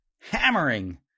hammering